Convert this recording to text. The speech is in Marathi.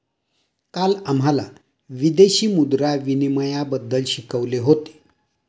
काल आम्हाला विदेशी मुद्रा विनिमयबद्दल शिकवले होते